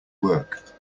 work